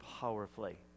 powerfully